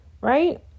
right